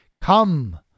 come